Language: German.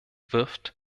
wirft